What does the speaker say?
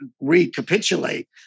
recapitulate